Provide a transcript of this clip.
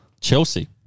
Chelsea